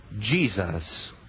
Jesus